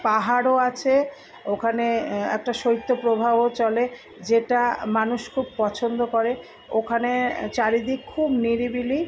পাহাড়ও আছে ওখানে একটা শৈত্য প্রবাহ চলে যেটা মানুষ খুব পছন্দ করে ওখানে চারিদিক খুব নিরিবিলি